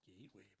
Gateway